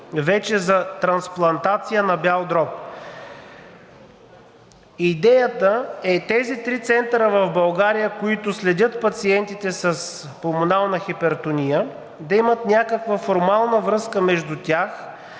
вече за трансплантация на бял дроб. Идеята е тези три центъра в България, които следят пациентите с пулмонална хипертония, да имат някаква формална връзка между тях,